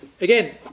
again